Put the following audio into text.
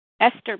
Esther